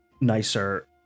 nicer